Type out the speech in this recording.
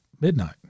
midnight